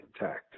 intact